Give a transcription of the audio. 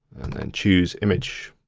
and then choose image.